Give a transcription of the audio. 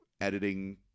editing